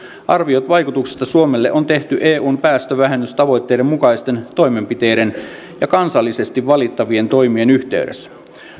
arviot vaikutuksista suomeen on tehty eun päästövähennystavoitteiden mukaisten toimenpiteiden ja kansallisesti valittavien toimien yhteydessä